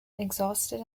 exhausted